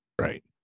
right